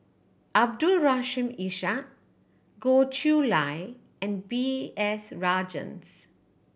Abdul Rahim Ishak Goh Chiew Lye and B S Rajhans